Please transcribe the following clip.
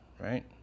right